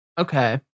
Okay